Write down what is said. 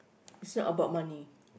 is not about money